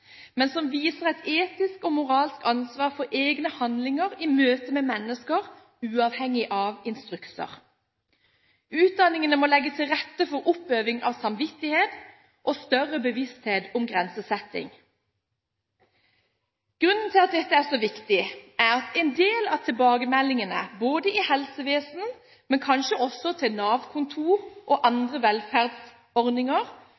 men som viser et etisk og moralsk ansvar for egne handlinger i møte med mennesker, uavhengig av instrukser. Utdanningene må legge til rette for oppøving av samvittighet og større bevissthet om grensesetting. Grunnen til at dette er så viktig, er at en del av tilbakemeldingene både til helsevesenet og kanskje også til Nav-kontorer og